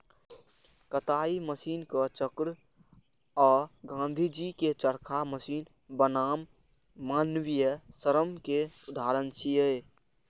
कताइ मशीनक चक्र आ गांधीजी के चरखा मशीन बनाम मानवीय श्रम के उदाहरण छियै